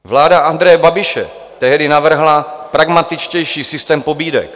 Vláda Andreje Babiše tehdy navrhla pragmatičtější systém pobídek.